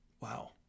Wow